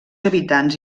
habitants